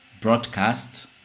broadcast